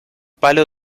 palo